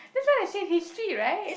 that's what I said history right